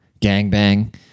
gangbang